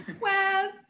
Wes